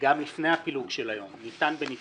גם לפני הפילוג של היום, ניתן בנפרד